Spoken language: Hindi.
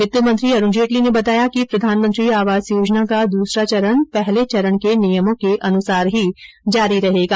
वित्त मंत्री अरुण जेटली ने बताया कि प्रधानमंत्री आवास योजना का दूसरा चरण पहले चरण के नियमों के अनुसार ही जारी रहेगा